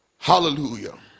Hallelujah